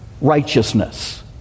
righteousness